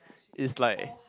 is like